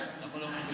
כן, למה לא?